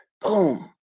boom